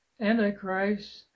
antichrist